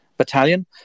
battalion